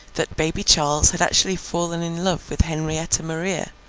that baby charles had actually fallen in love with henrietta maria,